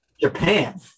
Japan